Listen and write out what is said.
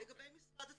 לגבי משרד התרבות,